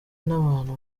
n’abantu